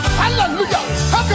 hallelujah